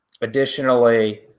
Additionally